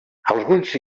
alguns